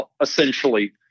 essentially